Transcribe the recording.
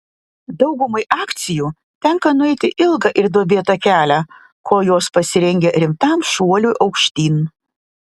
daugumai akcijų tenka nueiti ilgą ir duobėtą kelią kol jos pasirengia rimtam šuoliui aukštyn